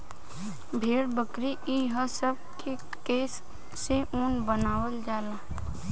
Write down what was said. भेड़, बकरी ई हे सब के केश से ऊन बनावल जाला